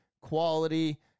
quality